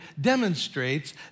demonstrates